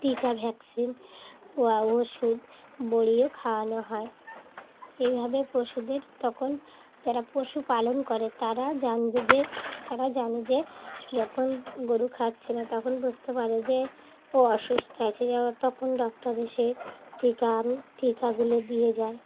টিকা ভ্যাকসিন ও ওষুধ বড়িয়েও খাওয়ানো হয় এইভাবে পশুদের তখন যারা পশুপালন করে তারা জানবে যে তারা জানে যে যখন গরু খাচ্ছে না তখন বুঝতে পারে যে ও অসুস্থ আছে য তখন ডক্টর এসে টিকা টিকাগুলো দিয়ে যায়